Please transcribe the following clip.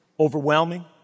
overwhelming